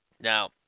Now